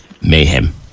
mayhem